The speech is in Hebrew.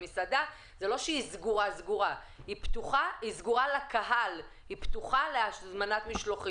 לפי מספר התיקופים ולפי עדכונים של מערכת ספירת נוסעים.